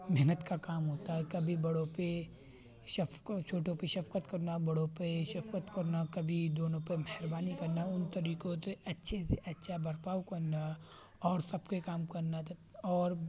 محنت کا کام ہوتا ہے کبھی بڑوں پہ شفق چھوٹوں پہ شفقت کرنا اور بڑوں پہ شفقت کرنا کبھی دونوں پہ مہربانی کرنا ان طریقوں تو اچھے سے اچھا برتاؤ کرنا اور سب کے کام کرنا اور